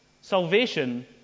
salvation